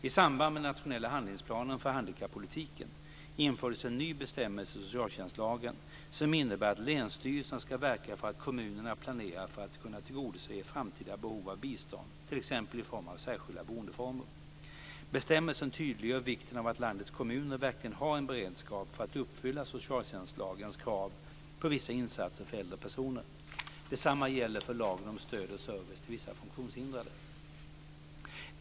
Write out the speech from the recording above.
I samband med den nationella handlingsplanen för handikappolitiken infördes en ny bestämmelse i socialtjänstlagen som innebär att länsstyrelserna ska verka för att kommunerna planerar för att kunna tillgodose framtida behov av bistånd, t.ex. i form av särskilda boendeformer. Bestämmelsen tydliggör vikten av att landets kommuner verkligen har en beredskap för att uppfylla socialtjänstlagens krav på vissa insatser för äldre personer. Detsamma gäller för lagen om stöd och service till vissa funktionshindrade.